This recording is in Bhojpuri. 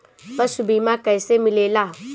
पशु बीमा कैसे मिलेला?